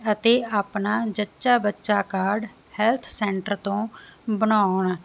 ਅਤੇ ਆਪਣਾ ਜੱਚਾ ਬੱਚਾ ਕਾਢ ਹੈਲਥ ਸੈਂਟਰ ਤੋਂ ਬਣਾਉਣ